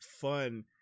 fun